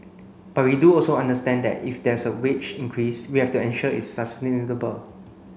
but we do also understand that if there is wage increase we have to ensure it's sustainable